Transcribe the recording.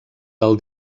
del